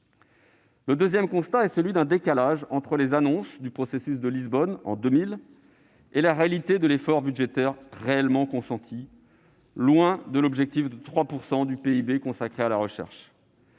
Le deuxième constat est celui d'un décalage entre les annonces du processus de Lisbonne en 2000 et la réalité de l'effort budgétaire réellement consenti, loin de l'objectif de 3 % du PIB consacré à la recherche.